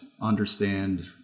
understand